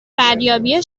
ردیابی